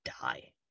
die